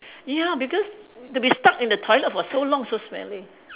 ya because to be stuck in the toilet for so long so smelly